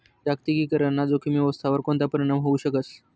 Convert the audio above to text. जागतिकीकरण ना जोखीम व्यवस्थावर कोणता परीणाम व्हवू शकस